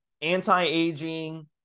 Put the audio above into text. anti-aging